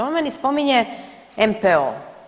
On meni spominje MPO.